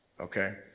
Okay